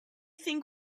think